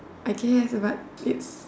I guess but it's